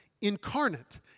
incarnate